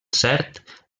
cert